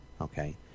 okay